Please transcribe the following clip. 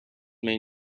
may